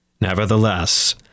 Nevertheless